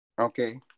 Okay